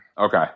okay